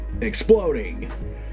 exploding